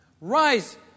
rise